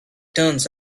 turns